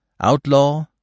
outlaw